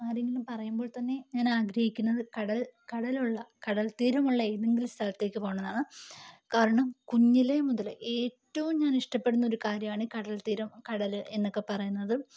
ആരെങ്കിലും പറയുമ്പോൾ തന്നെ ഞാനാഗ്രഹിക്കുന്നത് കടൽ കടലുള്ള കടൽ തീരമുള്ള ഏതെങ്കിലും സ്ഥലത്തേക്ക് പോകണമെന്നാണ് കാരണം കുഞ്ഞിലെ മുതലെ ഏറ്റവും ഞാനിഷ്ടപ്പെടുന്ന ഒര് കാര്യവാണ് കടൽത്തീരം കടല് എന്നൊക്കെ പറയുന്നത്